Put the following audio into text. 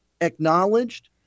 acknowledged